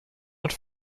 und